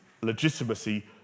legitimacy